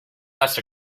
must